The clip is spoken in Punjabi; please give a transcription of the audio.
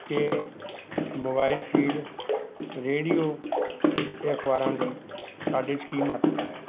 ਕਿ ਮੋਬਾਈਲ ਫੀਡ ਰੇਡੀਓ ਅਤੇ ਅਖਬਾਰਾਂ ਦੀ ਸਾਡੇ 'ਚ ਕੀ ਮਹੱਤਤਾ ਹੈ